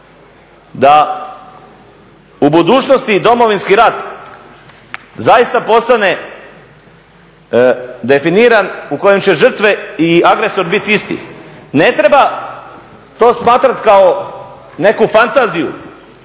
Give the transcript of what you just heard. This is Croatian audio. da u budućnosti i Domovinski rat zaista postane definiran u kojem će žrtve i agresor biti isti. Ne treba to smatrati kao neku fantaziju